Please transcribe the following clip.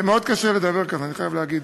זה מאוד קשה לדבר ככה, אני חייב להגיד.